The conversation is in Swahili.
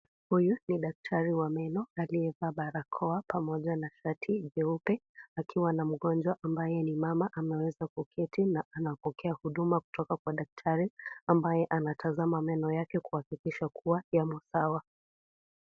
Huyu ni daktari wa meno aliyevaa barakoa pamoja na shati nyeupe akiwa na mgonjwa ambaye ni mama ameweza kuketi na ana pokea huduma kutoka kwa daktari ambaye anatazama meno yake kuhakikisha iko sawa.